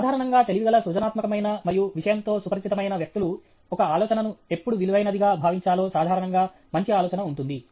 సాధారణంగా తెలివిగల సృజనాత్మకమైన మరియు విషయంతో సుపరిచితమైన వ్యక్తులు ఒక ఆలోచనను ఎప్పుడు విలువైనదిగా భావించాలో సాధారణంగా మంచి ఆలోచన ఉంటుంది